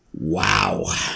Wow